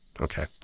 okay